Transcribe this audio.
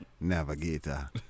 Navigator